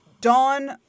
Dawn